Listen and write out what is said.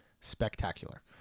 Spectacular